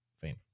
fame